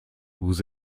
vous